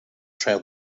cher